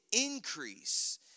increase